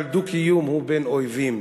אבל דו-קיום הוא בין אויבים,